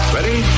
Ready